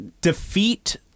defeat